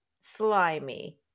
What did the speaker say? slimy